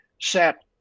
set